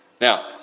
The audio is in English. Now